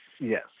Yes